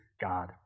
God